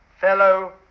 fellow